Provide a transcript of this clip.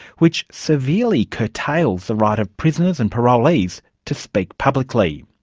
which severely curtails the right of prisoners and parolees to speak publicly.